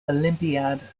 olympiad